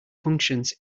functions